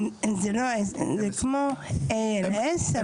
זה כמו ALS,